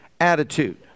attitude